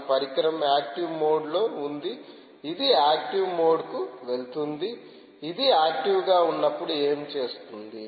కాబట్టి పరికరం active mode లో ఉంది ఇది యాక్టివ్మోడ్కు వెళుతుంది ఇది యాక్టివ్గా ఉన్నప్పుడు ఏమి చేస్తుంది